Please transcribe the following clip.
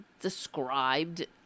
described